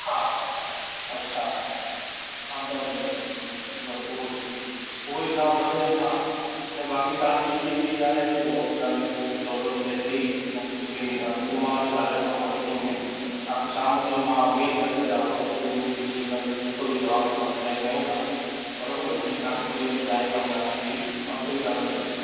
हा अच्छा बसि उहेई उहेई तव्हां भले हा ने बाक़ी तव्हांजो जेकी बि आहे प्रॉब्लम तव्हां जेकी मूंखे प्रॉब्लम शेयर कई तव्हां जेके भई उहो मां अॼु ॻाल्हाए थो वठां मीटिंग में तव्हांखे शाम ताईं मां मेल करे छॾांव थो के भई मुंहिंजी डिस्कशन जेको बि जवाब असां डिसाईड कयूं था ॿी तव्हांखे कोई बि चांहि पाणी नास्ते जी असुविधा न थींदी